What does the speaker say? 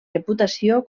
reputació